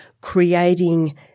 creating